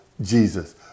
Jesus